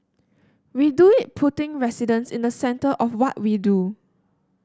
we do it putting residents in the centre of what we do